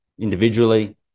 individually